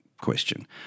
question